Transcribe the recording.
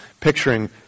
picturing